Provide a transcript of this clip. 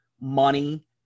money